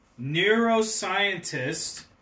neuroscientist